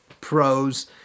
pros